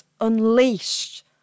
unleashed